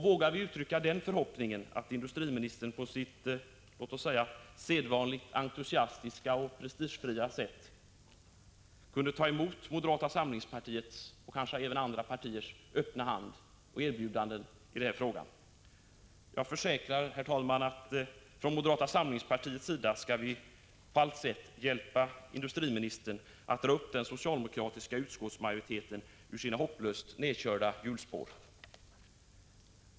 Vågar vi uttrycka den förhoppningen att industriministern på sitt sedvanligt entusiastiska och prestigefria sätt vill ta emot moderata samlingspartiets och kanske även andra partiers öppna hand och erbjudanden i den här frågan? Jag försäkrar, herr talman, att vi från moderata samlingspartiets sida på allt sätt skall hjälpa industriministern att dra upp den socialdemokratiska utskottsmajoriteten ur dess hopplöst nerkörda hjulspår.